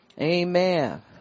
Amen